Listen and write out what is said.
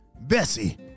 Bessie